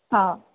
हा